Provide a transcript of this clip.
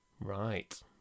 Right